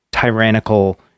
tyrannical